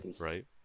right